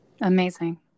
Amazing